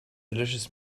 delicious